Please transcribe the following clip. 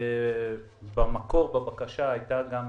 ובמקור בבקשה הייתה גם